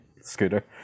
Scooter